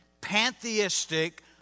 pantheistic